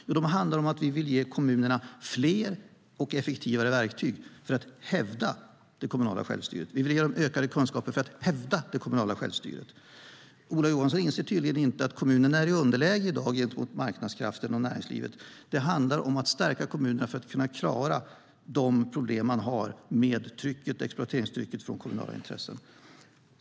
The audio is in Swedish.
Jo, de handlar om att vi vill ge kommunerna fler och effektivare verktyg för att hävda det kommunala självstyret. Vi vill ge dem ökade kunskaper för att hävda det kommunala självstyret. Ola Johansson inser tydligen inte att kommunerna i dag är i underläge gentemot marknadskrafterna och näringslivet. Det handlar alltså om att stärka kommunerna för att kunna klara de problem man har med exploateringstrycket från kommunala intressen.